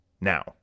Now